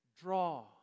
draw